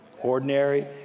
ordinary